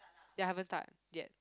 ya haven't start yet